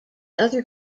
other